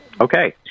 Okay